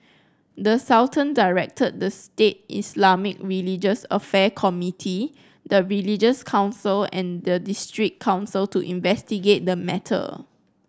the Sultan directed the state Islamic religious affair committee the religious council and the district council to investigate the matter